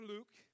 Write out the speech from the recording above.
Luke